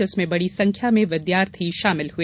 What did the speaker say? जिसमें बड़ी संख्या में विद्यार्थी शामिल हुए